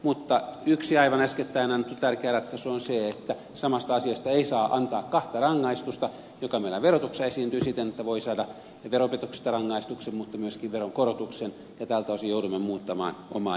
mutta yksi aivan äskettäin annettu tärkeä ratkaisu on se että samasta asiasta ei saa antaa kahta rangaistusta mikä meillä verotuksessa esiintyy siten että voi saada veropetoksesta rangaistuksen mutta myöskin veronkorotuksen ja tältä osin joudumme muuttamaan omaa järjestelmäämme